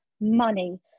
money